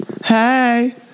Hey